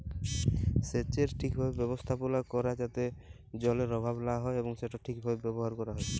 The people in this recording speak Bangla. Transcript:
সেচের ঠিকভাবে ব্যবস্থাপালা ক্যরা যাতে জলের অভাব লা হ্যয় এবং সেট ঠিকভাবে ব্যাভার ক্যরা হ্যয়